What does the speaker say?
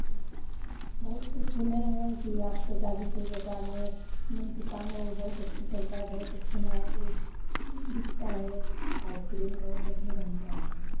बहुत कुछ सुने हैं कि आपके गाजीपुर बाज़ार में बहुत दुकान वह बहुत अच्छा चलता है बहुत अच्छा माल उल खूब बिकता है आइसक्रीम बहुत बढ़ियाँ बनता है वहाँ